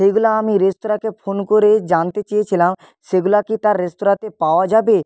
সেইগুলো আমি রেস্তোরাঁকে ফোন করে জানতে চেয়েছিলাম সেগুলা কি তার রেস্তোরাঁতে পাওয়া যাবে